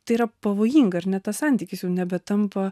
tai yra pavojinga ar ne tas santykis jau nebetampa